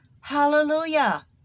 hallelujah